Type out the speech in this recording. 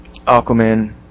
Aquaman